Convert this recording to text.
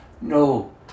No